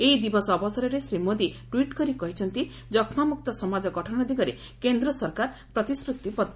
ଏହି ଦିବସ ଅବସରରେ ଶ୍ରୀ ମୋଦି ଟ୍ୱିଟ୍ କରି କହିଛନ୍ତି ଯକ୍ଷ୍ମାମୁକ୍ତ ସମାଜ ଗଠନ ଦିଗରେ କେନ୍ଦ୍ର ସରକାର ପ୍ରତିଶ୍ରତିବଦ୍ଧ